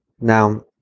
Now